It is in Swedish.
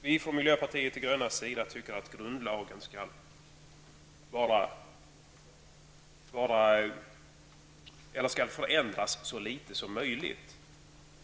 Vi från miljöpartiet de gröna tycker att grundlagen skall förändras så litet som möjligt.